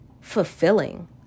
fulfilling